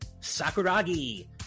Sakuragi